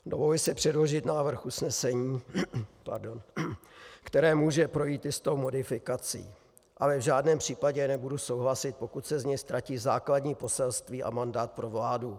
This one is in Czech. Dovoluji si předložit návrh usnesení, které může projít jistou modifikací, ale v žádném případě nebudu souhlasit, pokud se z něj ztratí základní poselství a mandát pro vládu.